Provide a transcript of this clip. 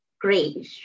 great